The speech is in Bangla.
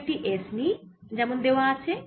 কোন একটি S নিই যেমন দেওয়া আছে